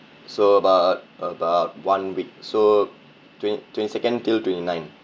so about about one week so twenty twenty second till twenty nine